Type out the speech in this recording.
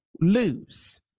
lose